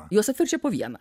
juos atverčia po vieną